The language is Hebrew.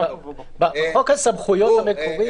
בחוק הסמכויות המקורי,